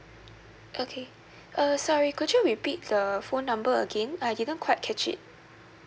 okay err sorry could you repeat the phone number again I didn't quite catch it